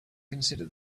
consider